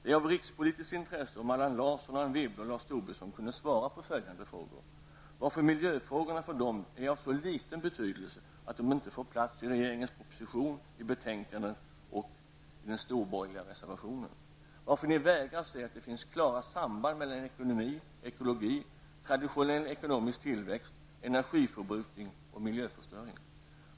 Det är av rikspolitiskt intresse att Allan Larsson, Anne Wibble och Lars Tobisson svarar på följande frågor: Varför är miljöfrågorna för er av så liten betydelse att de inte får plats i regeringens proposition, i betänkandet och i den storborgerliga reservationen? Varför vägrar ni att se att det finns klara samband mellan ekonomi, ekologi, traditionell ekonomisk tillväxt, energiförbrukning och miljöförstöring?